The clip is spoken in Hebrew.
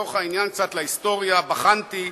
לצורך העניין הלכתי להיסטוריה, בחנתי.